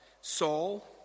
Saul